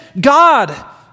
God